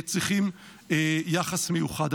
צריכים יחס מיוחד.